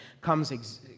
comes